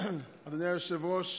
אדוני היושב-ראש,